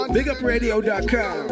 BigUpRadio.com